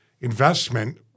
investment